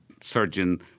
surgeon